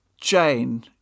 Jane